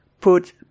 put